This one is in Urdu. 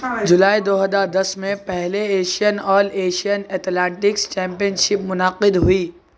جولائی دو ہزار دس میں پہلے Asian all Asian athletics championship منعقد ہوئی